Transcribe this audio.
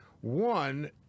One